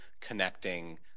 connecting